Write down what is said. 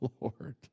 Lord